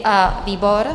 A výbor?